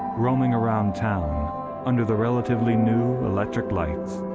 roaming around town under the relatively new electric lights.